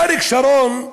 אריק שרון,